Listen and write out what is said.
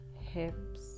hips